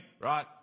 right